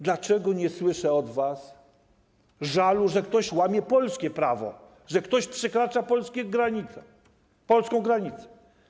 Dlaczego nie słyszę od was żalu, że ktoś łamie polskie prawo, że ktoś przekracza polskie granice, polską granicę?